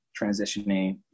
transitioning